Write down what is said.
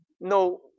no